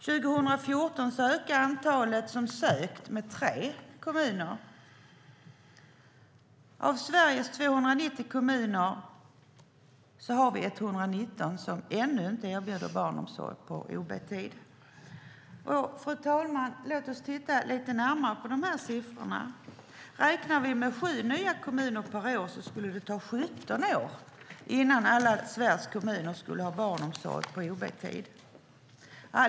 År 2014 ökade antalet som sökt med tre kommuner. Av Sveriges 290 kommuner är det 119 som ännu inte erbjuder barnomsorg på ob-tid. Fru talman! Låt oss titta lite närmare på dessa siffror. Räknar vi med sju nya kommuner per år skulle det ta 17 år innan alla Sveriges kommuner har barnomsorg på ob-tid.